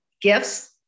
gifts